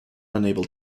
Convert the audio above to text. unable